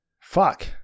Fuck